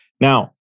Now